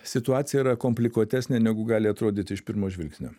situacija yra komplikuotesnė negu gali atrodyti iš pirmo žvilgsnio